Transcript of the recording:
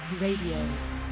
Radio